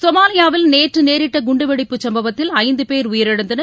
சோமாலியாவில் நேற்று நேரிட்ட குண்டுவெடிப்பு சம்பத்தில் ஐந்து பேர் உயிரிழந்தனர்